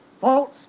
False